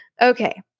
Okay